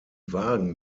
wagen